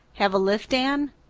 have a lift, anne?